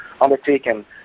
undertaken